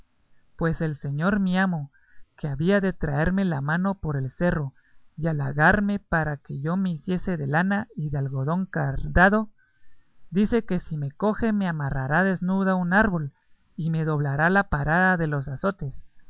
pues el señor mi amo que había de traerme la mano por el cerro y halagarme para que yo me hiciese de lana y de algodón cardado dice que si me coge me amarrará desnudo a un árbol y me doblará la parada de los azotes